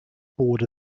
board